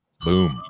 Boom